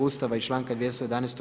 Ustava i članka 211.